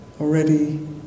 already